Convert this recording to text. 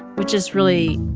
which is really,